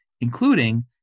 including